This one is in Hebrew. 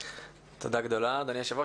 תודה גדולה, אדוני היושב-ראש.